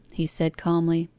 he said calmly,